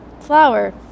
flower